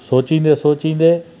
सोचींदे सोचींदे